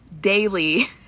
daily